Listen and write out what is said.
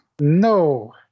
no